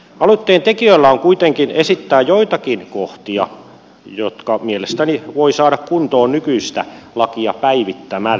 aloitteen tekijöillä on kuitenkin esittää joitakin kohtia jotka mielestäni voi saada kuntoon nykyistä lakia päivittämällä